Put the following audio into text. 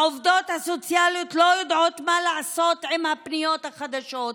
העובדות הסוציאליות לא יודעות מה לעשות עם הפניות החדשות.